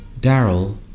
Daryl